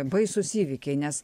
baisūs įvykiai nes